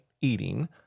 eating